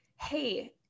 Hey